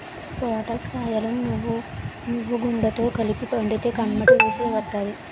పొటల్స్ కాయలను నువ్వుగుండతో కలిపి వండితే కమ్మటి రుసి వత్తాది